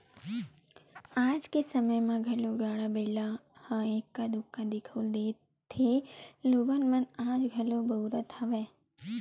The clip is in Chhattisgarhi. आज के समे म घलो गाड़ा बइला ह एक्का दूक्का दिखउल देथे लोगन मन आज घलो बउरत हवय